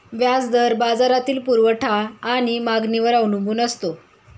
व्याज दर बाजारातील पुरवठा आणि मागणीवर अवलंबून असतो